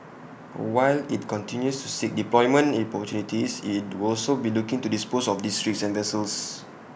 while IT continues to seek deployment opportunities IT will also be looking to dispose of these rigs and vessels